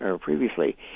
previously